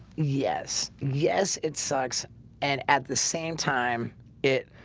yes, yes, it sucks and at the same time it